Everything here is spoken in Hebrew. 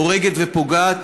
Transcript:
הורגת ופוגעת,